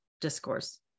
discourse